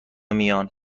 میان